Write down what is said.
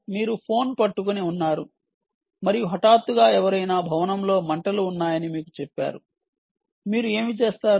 మీరు ఫోన్ పట్టుకొని ఉన్నారు మరియు హఠాత్తుగా ఎవరైనా భవనంలో మంటలు ఉన్నాయని మీకు చెప్తారు మీరు ఏమి చేస్తారు